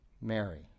Mary